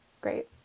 Great